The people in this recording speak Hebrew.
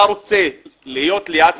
אתה רוצה להיות ליד